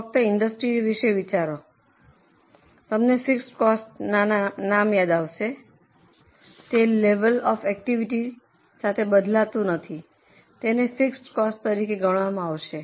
ફક્ત ઇન્ડુસટ્રીના વિશે વિચારો અને તમને ફિક્સડ કોસ્ટના નામ યાદ આવશે તે લેવલ ઑફ એકટીવીટીને સાથે બદલાતું નથી તેને ફિક્સડ કોસ્ટ તરીકે ગણવામાં આવશે